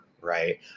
right